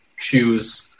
choose